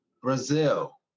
Brazil